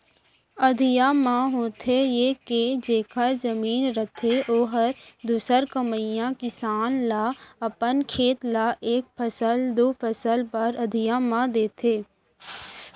अधिया म होथे ये के जेखर जमीन रथे ओहर दूसर कमइया किसान ल अपन खेत ल एक फसल, दू फसल बर अधिया म दे देथे